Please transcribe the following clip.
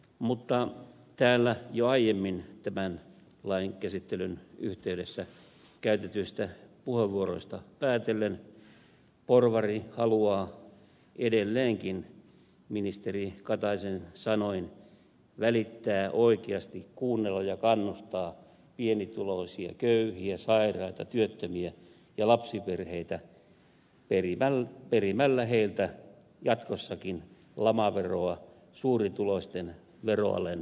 mutta täällä jo aiemmin tämän lain käsittelyn yhteydessä käytetyistä puheenvuoroista päätellen porvari haluaa edelleenkin ministeri kataisen sanoin välittää oikeasti kuunnella ja kannustaa pienituloisia köyhiä sairaita työttömiä ja lapsiperheitä perimällä heiltä jatkossakin lamaveroa suurituloisten veroalen kattamiseksi